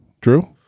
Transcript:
Drew